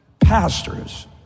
pastors